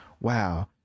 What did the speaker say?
wow